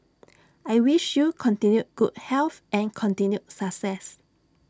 I wish you continued good health and continued success